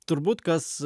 turbūt kas